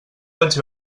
vaig